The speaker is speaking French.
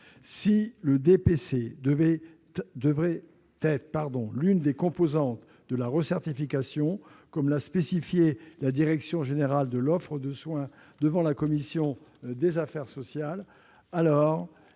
Si le DPC doit être l'une des composantes de la recertification, comme l'a indiqué la direction générale de l'offre de soins devant la commission des affaires sociales,